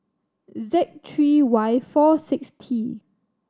Z three Y four six T